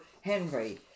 Henry